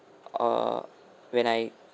err when I